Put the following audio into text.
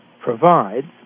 provides